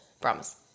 promise